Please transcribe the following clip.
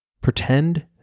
Pretend